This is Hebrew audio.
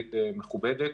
מערבית מכובדת.